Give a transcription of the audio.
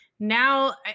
Now